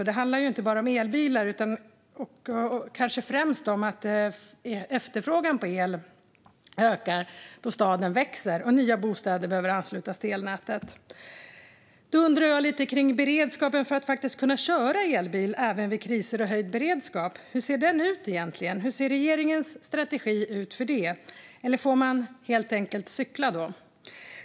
Det handlar inte bara om elbilar utan kanske främst om att efterfrågan på el ökar då staden växer och nya bostäder behöver anslutas till elnätet. Jag undrar lite om beredskapen för att faktiskt kunna köra elbil även vid kriser och höjd beredskap. Hur ser den ut egentligen? Hur ser regeringens strategi ut för det? Eller får man helt enkelt cykla då?